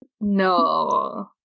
No